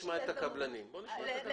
קושי בגלל הצורך לדייק את זה לכל מקרה ומקרה.